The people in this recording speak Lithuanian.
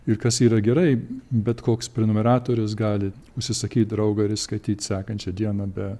ir kas yra gerai bet koks prenumeratorius gali užsisakyt draugą ir jį skaityt sekančią dieną be